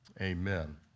Amen